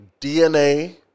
DNA